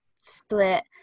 split